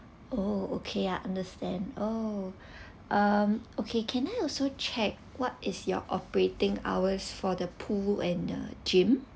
oh okay I understand oh um okay can I also check what is your operating hours for the pool and the gym